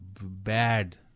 bad